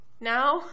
now